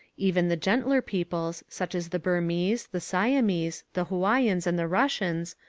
even the gentler peoples such as the burmese, the siamese, the hawaiians, and the russians,